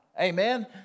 Amen